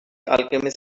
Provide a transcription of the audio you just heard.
alchemist